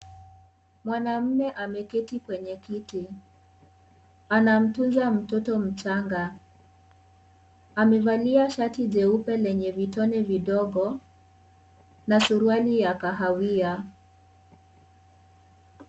Mwanamme ameketi kwenye kiti. Anamutunza mtoto mchanga, amevalia shati jeupe lenye vitone vidogo na suruali ya kahawia.